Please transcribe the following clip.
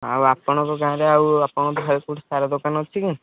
ଆଉ ଆପଣଙ୍କ ଗାଁରେ ଆଉ ଆପଣଙ୍କ ପାଖରେ କୋଉଠି ସାର ଦୋକାନ ଅଛି କି